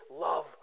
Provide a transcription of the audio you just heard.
Love